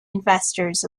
investors